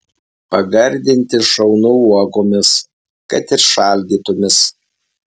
pagardinti šaunu uogomis kad ir šaldytomis